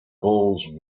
bowls